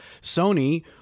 Sony